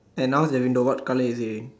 and now the window what colour is it in